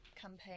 campaign